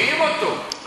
מודיעין אותו.